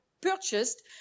purchased